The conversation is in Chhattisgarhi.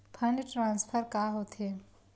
फंड ट्रान्सफर का होथे?